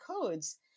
codes